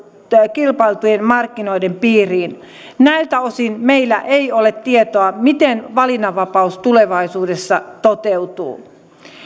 kilpailtujen markkinoiden piiriin näiltä osin meillä ei ole tietoa miten valinnanvapaus tulevaisuudessa toteutuu